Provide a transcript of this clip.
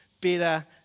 better